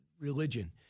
religion